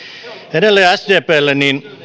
edelleen sdplle